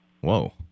Whoa